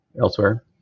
elsewhere